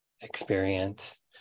experience